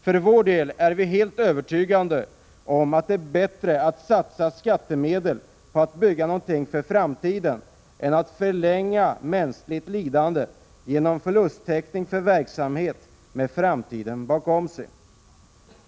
För vår del är vi helt övertygade om att det är bättre att satsa skattemedel på att bygga någonting för framtiden än att förlänga mänskligt lidande genom förlusttäckning för en verksamhet med framtiden bakom sig.